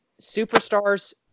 superstars